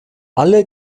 alle